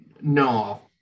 No